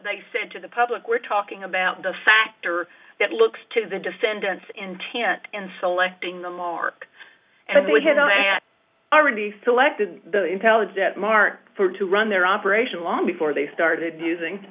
they said to the public we're talking about the factor that looks to the descendants intent in selecting the mark and we had already selected the intelligent mark for to run their operation long before they started using